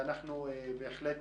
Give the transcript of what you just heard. ובהחלט